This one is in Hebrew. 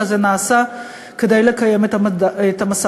אלא זה נעשה כדי לקיים את המשא-ומתן.